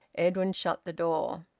edwin shut the door.